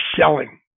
selling